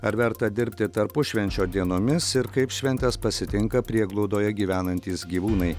ar verta dirbti tarpušvenčio dienomis ir kaip šventes pasitinka prieglaudoje gyvenantys gyvūnai